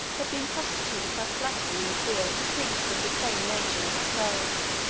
have been prostituted by flattery and fear to creatures of the same nature with ourselves.